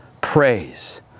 praise